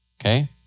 okay